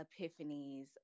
epiphanies